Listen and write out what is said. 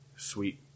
sweet